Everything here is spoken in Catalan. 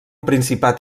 principat